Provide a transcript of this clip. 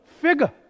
figure